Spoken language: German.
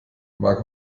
mag